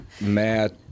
Matt